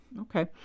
Okay